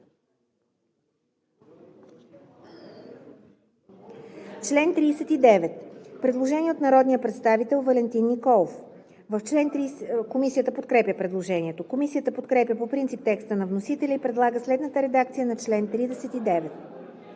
чл. 39 има предложение от народния представител Валентин Николов. Комисията подкрепя предложението. Комисията подкрепя по принцип текста на вносителя и предлага следната редакция на чл. 39: